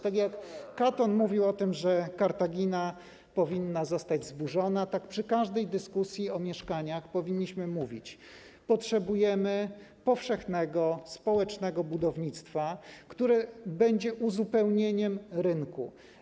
Tak jak Katon mówił o tym, że Kartagina powinna zostać zburzona, tak przy każdej dyskusji o mieszkaniach powinniśmy mówić: potrzebujemy powszechnego, społecznego budownictwa, które będzie uzupełnieniem rynku.